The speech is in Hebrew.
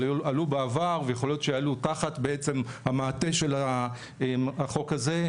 אבל עלו בעבר ויכולות שיעלו תחת בעצם המעטה של החוק הזה,